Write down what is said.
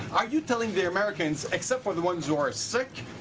are you telling the americans, except for the ones who are sick,